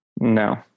No